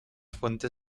fuentes